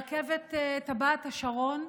רכבת טבעת השרון,